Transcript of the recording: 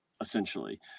essentially